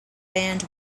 band